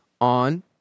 on